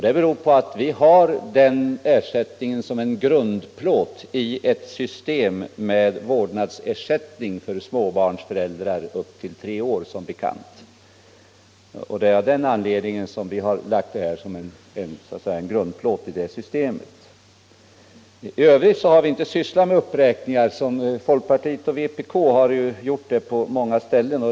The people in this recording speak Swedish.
Det beror på att vi har den ersättningen som en grundplåt i ett system med vårdnadsersättning för föräldrar till småbarn upp till tre år. I övrigt har vi inte sysslat med uppräkningar, som folkpartiet och vpk gjort på många ställen.